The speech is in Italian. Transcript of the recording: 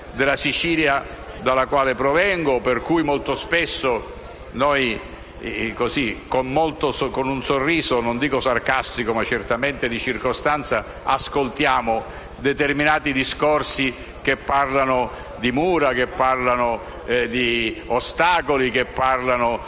della Sicilia, dalla quale provengo, per cui, molto spesso, noi, con un sorriso non dico sarcastico ma certamente di circostanza, ascoltiamo determinati discorsi che parlano di mura, che parlano di